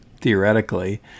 theoretically